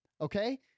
okay